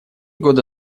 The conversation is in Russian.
года